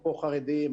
אפרופו חרדים,